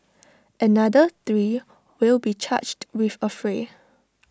another three will be charged with affray